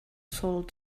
sold